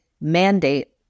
mandate